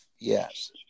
Yes